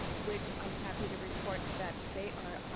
which i'm happy to report that they are,